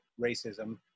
racism